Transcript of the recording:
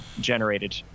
generated